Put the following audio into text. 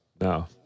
No